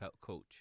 coach